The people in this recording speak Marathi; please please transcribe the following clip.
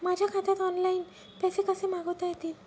माझ्या खात्यात ऑनलाइन पैसे कसे मागवता येतील?